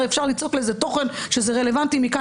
הרי אפשר ליצוק לזה תוכן שזה רלוונטי מכאן